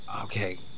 Okay